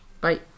Bye